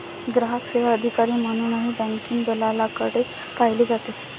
ग्राहक सेवा अधिकारी म्हणूनही बँकिंग दलालाकडे पाहिले जाते